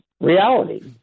reality